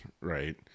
right